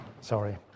Sorry